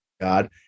God